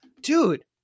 dude